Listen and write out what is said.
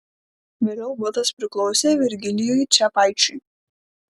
vėliau butas priklausė virgilijui čepaičiui